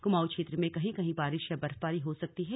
कुमाऊं क्षेत्र में कहीं कहीं बारिश या बर्फबारी हो सकती है